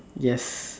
yes